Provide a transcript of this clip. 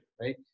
right